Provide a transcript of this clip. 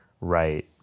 right